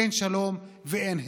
אין שלום ואין הסדר.